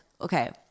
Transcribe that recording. okay